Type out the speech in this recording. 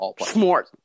Smart